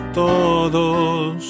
todos